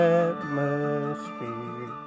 atmosphere